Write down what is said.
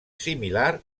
similar